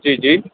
जी जी